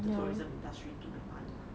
the tourism industry to make money mah